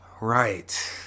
right